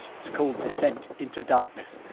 it's called descent into darkness.